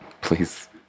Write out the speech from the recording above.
Please